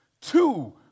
Two